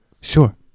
Sure